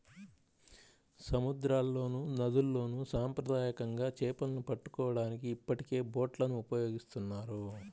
సముద్రాల్లోనూ, నదుల్లోను సాంప్రదాయకంగా చేపలను పట్టుకోవడానికి ఇప్పటికే బోట్లను ఉపయోగిస్తున్నారు